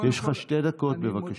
יש לך שתי דקות, בבקשה.